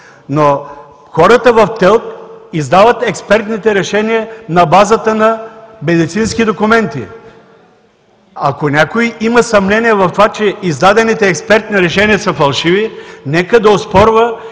Но хората в ТЕЛК издават експертните решения на базата на медицински документи. Ако някой има съмнения в това, че издадените експертни решения са фалшиви, нека да оспорва